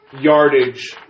yardage